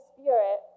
Spirit